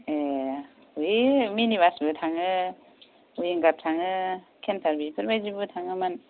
ए है मिनि बासबो थाङो उइनगार थाङो केन्टार बेफोर बायदिबो थाङोमोन